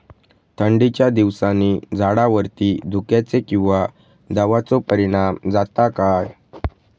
थंडीच्या दिवसानी झाडावरती धुक्याचे किंवा दवाचो परिणाम जाता काय?